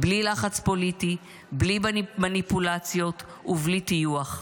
בלי לחץ פוליטי, בלי מניפולציות ובלי טיוח.